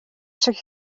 шиг